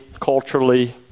culturally